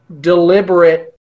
deliberate